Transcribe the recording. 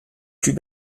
plus